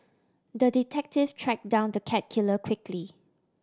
the detective track down the cat killer quickly